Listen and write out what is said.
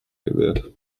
gewählt